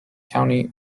county